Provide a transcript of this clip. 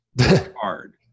hard